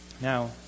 Now